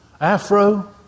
afro